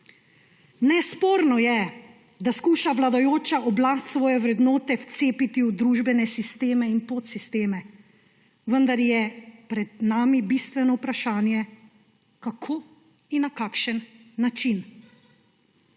Nesporno je, da skuša vladajoča oblast svoje vrednote vcepiti v družbene sisteme in podsisteme, vendar je pred nami bistveno vprašanje: kako in na kakšen način?